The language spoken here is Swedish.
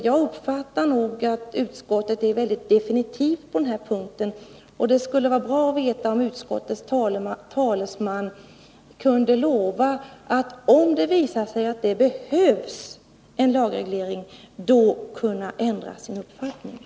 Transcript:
Jag uppfattar det nog så att utskottet är väldigt definitivt på den här punkten. Det skulle vara bra om utskottets talesman kunde lova att man ändrar uppfattning, om det visar sig att det behövs en lagreglering.